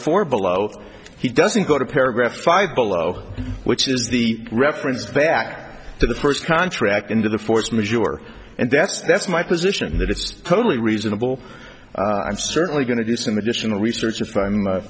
four below he doesn't go to paragraph five below which is the reference back to the first contract into the force majeure and that's that's my position that it's totally reasonable i'm certainly going to do some additional research if i'm